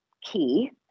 key